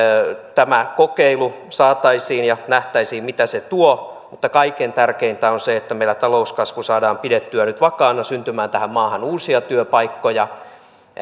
tämä kokeilu saataisiin ja nähtäisiin mitä se tuo mutta kaikkein tärkeintä on se että meillä talouskasvu saadaan pidettyä nyt vakaana ja syntymään tähän maahan uusia työpaikkoja